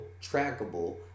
trackable